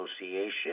association